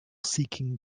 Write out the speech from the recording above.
seeking